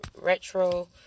retro